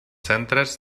centres